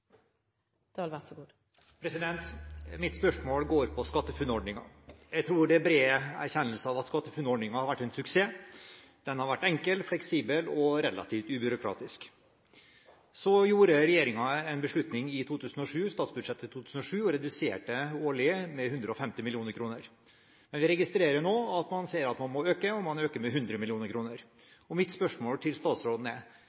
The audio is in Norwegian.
erkjennelse av at SkatteFUNN-ordningen har vært en suksess. Den har vært enkel, fleksibel og relativt ubyråkratisk. Så gjorde regjeringen en beslutning i forbindelse med statsbudsjettet for 2007 og reduserte årlig med 150 mill. kr. Jeg registrerer nå at man ser at man må øke, og man øker med 100 mill. kr. Mitt spørsmål til statsråden er: